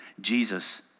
Jesus